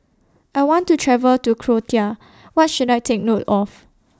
I want to travel to Croatia What should I Take note of